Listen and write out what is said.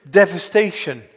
devastation